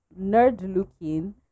nerd-looking